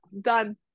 done